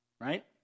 right